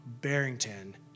Barrington